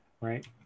right